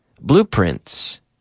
Blueprints